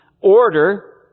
order